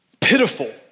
Pitiful